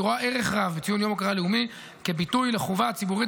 היא רואה ערך רב בציון יום הוקרה לאומי כביטוי לחובה הציבורית